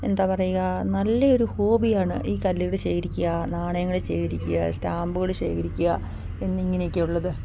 എന്താ പറയുക നല്ലയൊരു ഹോബിയാണ് ഈ കല്ലുകൾ ശേഖരിക്കുക നാണയങ്ങൾ ശേഖരിക്കുക സ്റ്റാമ്പുകൾ ശേഖരിക്കുക എന്നിങ്ങനെയൊക്കെ ഉള്ളത്